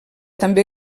també